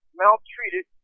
maltreated